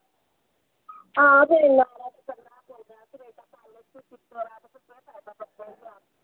आं